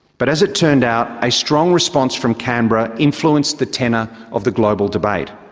but as it turned out, a strong response from canberra influenced the tenor of the global debate.